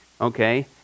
Okay